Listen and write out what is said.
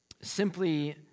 simply